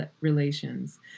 relations